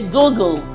Google